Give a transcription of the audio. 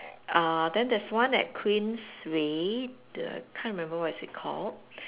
uh then there's one at Queensway the can't remember what is it called